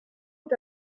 est